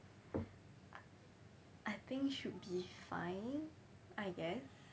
I think should be fine I guess